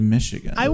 Michigan